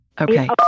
okay